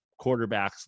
quarterbacks